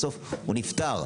בסוף הוא נפטר.